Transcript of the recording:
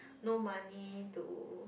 no money to